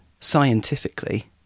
scientifically